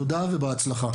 תודה ובהצלחה.